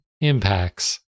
impacts